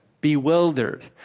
Bewildered